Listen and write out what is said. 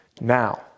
Now